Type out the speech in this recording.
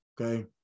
Okay